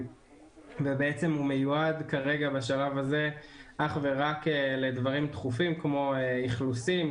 בעצם הוא מיועד כרגע בשלב הזה אך ורק לדברים דחופים כמו: איכולוסים,